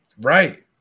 Right